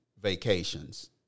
vacations